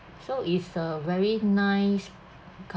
so is a very nice